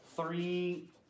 Three